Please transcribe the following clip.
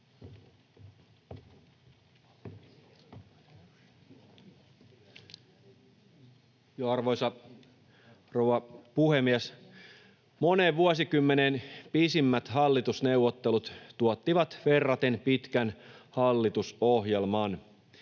Arvoisa rouva puhemies! Moneen vuosikymmeneen pisimmät hallitusneuvottelut tuottivat verraten pitkän hallitusohjelman.